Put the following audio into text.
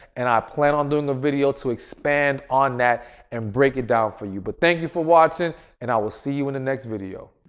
and i plan on doing a video to expand on that and break it down for you. but thank you for watching and i will see you in the next video.